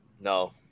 No